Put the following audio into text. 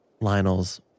Lionel's